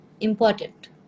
Important